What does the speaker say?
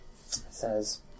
Says